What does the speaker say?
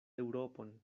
eŭropon